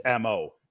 mo